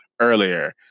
earlier